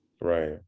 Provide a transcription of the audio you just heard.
Right